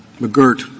McGirt